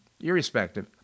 Irrespective